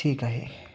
ठीक आहे